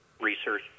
research